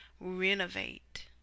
renovate